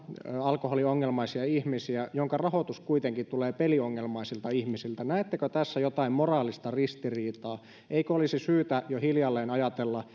alkoholiongelmaisia ihmisiä mutta jonka rahoitus kuitenkin tulee peliongelmaisilta ihmisiltä näettekö tässä jotain moraalista ristiriitaa eikö olisi syytä jo hiljalleen ajatella